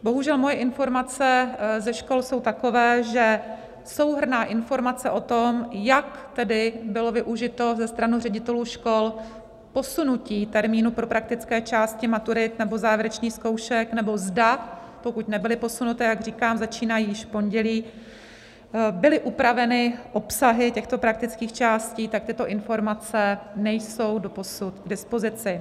Bohužel, moje informace ze škol jsou takové, že souhrnná informace o tom, jak bylo využito ze strany ředitelů škol posunutí termínu pro praktické části maturit nebo závěrečných zkoušek, nebo zda pokud nebyly posunuty, a jak říkám, začínají již v pondělí byly upraveny obsahy těchto praktických částí, tak tyto informace nejsou doposud k dispozici.